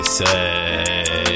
say